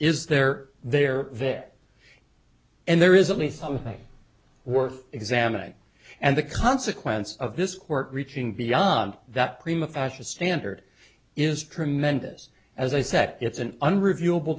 is there there and there is only something worth examining and the consequence of this court reaching beyond that prima fascia standard is tremendous as i said it's an unprovable